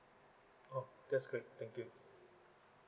oh that's great thank you